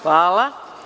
Hvala.